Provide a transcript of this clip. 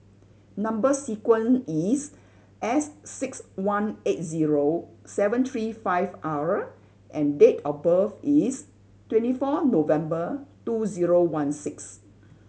number sequence is S six one eight zero seven three five R and date of birth is twenty four November two zero one six